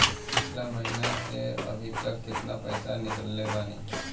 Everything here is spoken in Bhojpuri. पिछला महीना से अभीतक केतना पैसा ईकलले बानी?